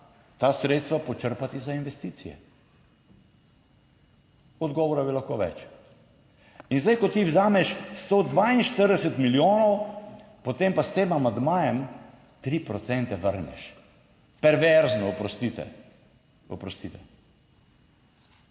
ta sredstva počrpati za investicije. Odgovorov je lahko več. In zdaj, ko ti vzameš 142 milijonov, potem pa s tem amandmajem 3 procente vrneš, perverzno, oprostite,